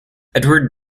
edward